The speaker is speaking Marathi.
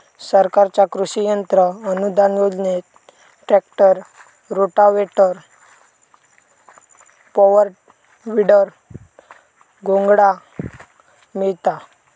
सरकारच्या कृषि यंत्र अनुदान योजनेत ट्रॅक्टर, रोटावेटर, पॉवर, वीडर, घोंगडा मिळता